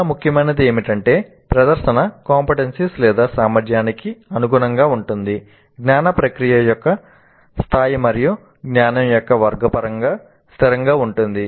చాలా ముఖ్యమైనది ఏమిటంటే ప్రదర్శన CO సామర్థ్యానికి అనుగుణంగా ఉంటుంది